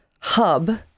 hub